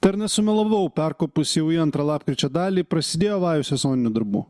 tai ar nesumelavau perkopus jau į antrą lapkričio dalį prasidėjo vajus sezoninių darbų